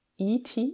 ET